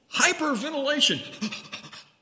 Hyperventilation